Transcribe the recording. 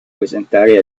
presentare